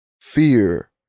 fear